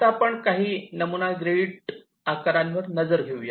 आता आपण काही नमुना ग्रीड आकारांवर नजर घेऊया